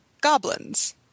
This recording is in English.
goblins